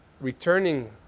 returning